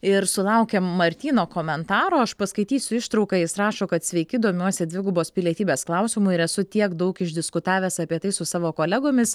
ir sulaukėm martyno komentaro aš paskaitysiu ištrauką jis rašo kad sveiki domiuosi dvigubos pilietybės klausimu ir esu tiek daug išdiskutavęs apie tai su savo kolegomis